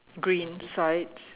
green sides